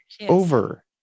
over